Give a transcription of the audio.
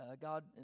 God